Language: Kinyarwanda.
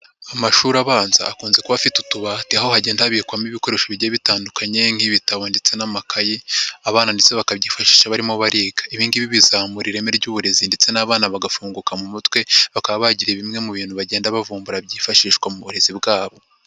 Amashuri abanza akunze kuba afite utubati aho hagenda habikwamo ibikoresho bigiye bitandukanye nk'ibitabo ndetse n'amakayi abana ndetse bakabyifashisha barimo bariga, ibi bizamura ireme ry'uburezi ndetse n'abana bagafunguka mu mutwe bakaba bagira bimwe mu bintu bagenda bavumbura byifashishwa mu burezi bwabo.